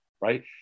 right